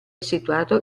situato